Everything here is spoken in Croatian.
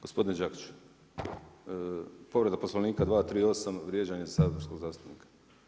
Gospodine Đakiću, povreda Poslovnika 238. vrijeđanje saborskog zastupnika.